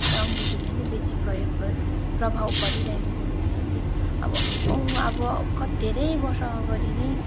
यता अङ्ग्रेजीलाई नै बेसी प्रयोग गर्छौँ प्रभाव परिरहेको छ किनकि हामीले अब अङ्ग अब धेरै वर्ष अगाडि नै